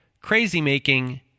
crazy-making